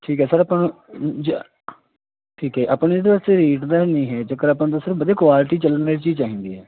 ਠੀਕ ਹੈ ਸਰ ਆਪਾਂ ਜ ਠੀਕ ਹੈ ਆਪਾਂ ਨੂੰ ਇਹਦੇ ਵਾਸਤੇ ਰੇਟ ਦਾ ਨੀ ਹੈ ਚੱਕਰ ਆਪਾਂ ਨੂੰ ਬਸ ਵਧੀਆ ਕੁਆਲਿਟੀ ਚਲਣ ਵਾਲੀ ਚੀਜ਼ ਚਾਹੀਦੀ ਹੈ